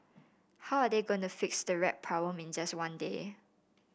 how are they going to fix the rat problem in just one day